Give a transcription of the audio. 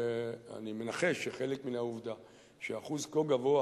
אני מנחש שחלק מן העובדה שאחוז כה גבוה